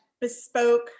bespoke